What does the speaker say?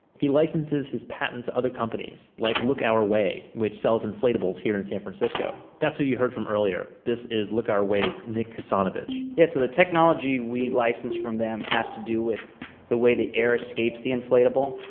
he licenses his patents other companies like look our way, which sells inflatables here in san francisco. that's who you heard from earlier, this is look our way' nick sonovich yeah so the technology we license from them has to do with the way the air escapes the inflatable.